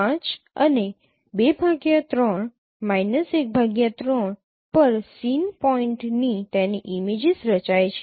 5 અને 23 13 પર સીન પોઇન્ટની તેની ઇમેજીસ રચાય છે